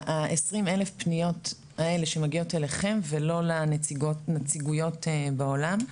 ה-20,000 פניות שמגיעות אליכם ולא לנציגויות בעולם,